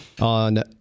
on